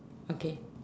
okay